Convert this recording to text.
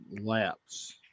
laps